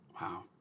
Wow